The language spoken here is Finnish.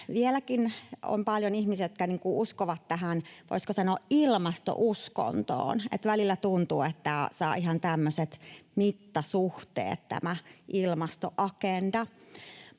vieläkin on paljon ihmisiä, jotka uskovat tähän, voisiko sanoa, ilmastouskontoon. Välillä tuntuu, että tämä saa ihan tämmöiset mittasuhteet,